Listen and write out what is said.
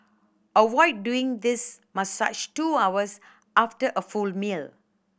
avoid doing this massage two hours after a full meal